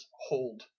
hold